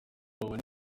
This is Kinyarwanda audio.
babona